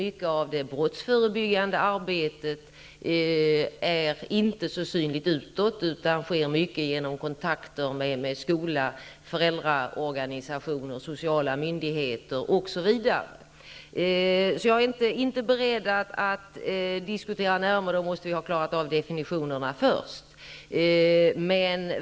Mycket av det brottsförebyggande arbetet är inte synligt utåt, utan sker mycket med hjälp av kontakter med skola, föräldraorganisationer, sociala myndigheter, osv. Jag är inte beredd att diskutera de frågorna närmare. Då måste vi ha klarat ut definitionerna först.